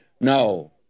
No